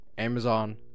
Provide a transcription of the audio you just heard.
Amazon